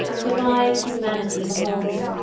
divine humanity behold,